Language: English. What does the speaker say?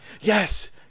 Yes